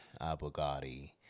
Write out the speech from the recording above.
Bugatti